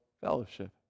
fellowship